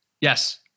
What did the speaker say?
Yes